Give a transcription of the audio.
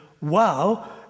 wow